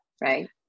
right